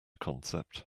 concept